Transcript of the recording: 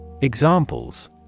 Examples